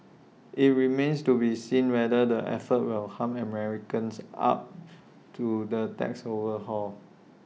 IT remains to be seen whether the efforts will harm Americans up to the tax overhaul